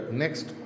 next